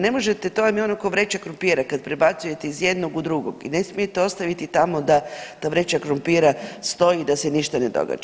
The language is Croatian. Ne možete, to vam je ono ko vreća krumpira kad prebacujete iz jednog u drugog i ne smijete ostaviti tamo da ta vreća krumpira stoji i da se ništa ne događa.